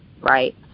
Right